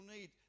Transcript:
need